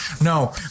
No